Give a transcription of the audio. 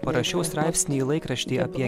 parašiau straipsnį laikraštyje apie